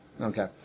okay